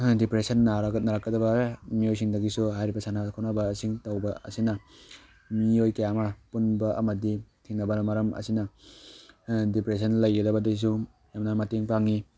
ꯍꯥ ꯗꯤꯄ꯭ꯔꯦꯁꯟ ꯅꯥꯔꯒ ꯅꯥꯔꯛꯀꯗꯕ ꯍꯦ ꯃꯤꯑꯣꯏꯁꯤꯡꯗꯒꯤꯁꯨ ꯍꯥꯏꯔꯤꯕ ꯁꯥꯟꯅ ꯈꯣꯠꯅꯕꯁꯤꯡ ꯇꯧꯕ ꯑꯁꯤꯅ ꯃꯤꯑꯣꯏ ꯀꯌꯥ ꯑꯃ ꯄꯨꯟꯕ ꯑꯃꯗꯤ ꯊꯦꯡꯅꯕꯅ ꯃꯔꯝ ꯑꯁꯤꯅ ꯗꯤꯄ꯭ꯔꯦꯁꯟ ꯂꯩꯒꯗꯕꯗꯒꯤꯁꯨ ꯌꯥꯝꯅ ꯃꯇꯦꯡ ꯄꯥꯡꯉꯤ